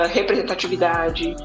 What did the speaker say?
representatividade